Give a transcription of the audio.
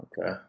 Okay